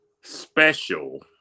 special